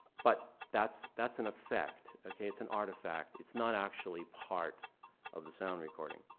but that's that's an effect, okay, it's an artifact. it's not actually part of the sound recording,